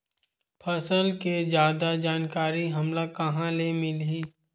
फसल के जादा जानकारी हमला कहां ले मिलही?